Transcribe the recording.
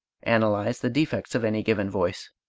analyze the defects of any given voice.